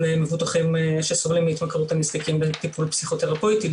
מבוטחים שסובלים מהתמכרות הנזקקים לטיפול פסיכותרפויתי,